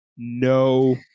No